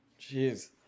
Jeez